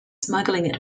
smuggling